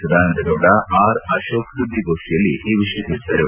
ಸದಾನಂದಗೌಡ ಆರ್ ಅತೋಕ್ ಸುದ್ದಿಗೋಷ್ಟಿಯಲ್ಲಿ ಈ ವಿಷಯ ತಿಳಿಸಿದರು